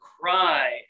cry